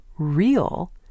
real